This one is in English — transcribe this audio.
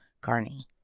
Carney